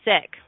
sick